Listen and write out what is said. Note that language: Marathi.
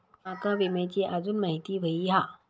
माका विम्याची आजून माहिती व्हयी हा?